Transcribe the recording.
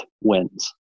wins